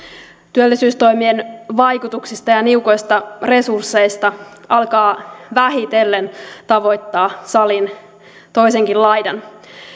työllisyystoimien vaikutuksista ja ja niukoista resursseista alkaa vähitellen tavoittaa salin toisenkin laidan